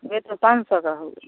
वह तो पाँच सौ का होगा